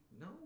No